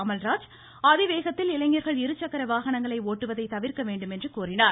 அமல்ராஜ் அதிவேகத்தில் இளைஞர்கள் இருசக்கர வாகனங்களை ஓட்டுவதை தவிர்க்க வேண்டும் என்று கூறினார்